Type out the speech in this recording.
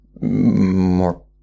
more